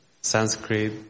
Sanskrit